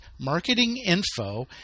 marketinginfo